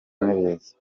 n’ibiza